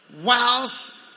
Whilst